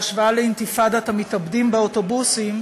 בהשוואה לאינתיפאדת המתאבדים באוטובוסים,